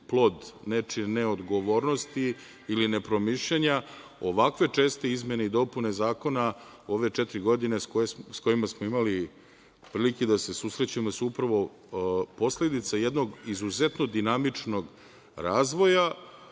nečije neodgovornosti ili nepromišljenosti. Ovakve česte izmene i dopune zakona u ove četiri godine sa kojima smo imali prilike da se susrećemo, su upravo posledica jednog izuzetno dinamičnog razvoja